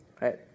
right